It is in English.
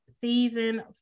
season